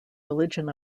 religion